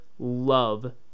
Love